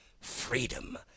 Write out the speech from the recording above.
freedom